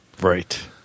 Right